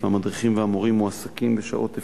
והמדריכים והמורים מועסקים בשעות אפקטיביות,